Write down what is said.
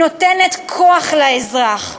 היא נותנת כוח לאזרח,